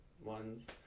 ones